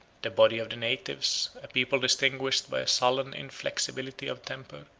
the body of the natives, a people distinguished by a sullen inflexibility of temper,